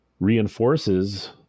reinforces